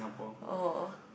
oh